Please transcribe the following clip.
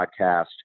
podcast